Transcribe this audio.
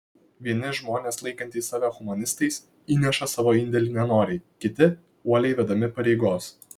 vieni žmonės laikantys save humanistais įneša savo indėlį nenoriai kiti uoliai vedami pareigos